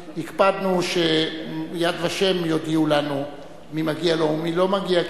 הקפדנו ש"יד ושם" יודיעו לנו מי מגיע לו ומי לא מגיע לו,